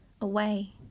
away